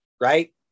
Right